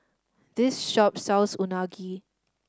this shop sells Unagi